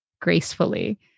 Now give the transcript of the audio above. gracefully